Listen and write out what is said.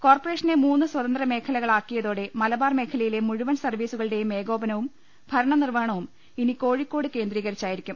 കോർപറേഷനെ മൂന്ന് സ്വതന്ത്ര മേഖലകളാക്കിയതോടെ മലബാർ മേഖലയിലെ മുഴുവൻ സർവ്വീസുകളുടെയും ഏകോപനവും ഭരണനിർവ്വ ഹണവും ഇനി കോഴിക്കോട് കേന്ദ്രീകരിച്ചായിരിക്കും